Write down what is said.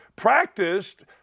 practiced